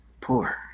Poor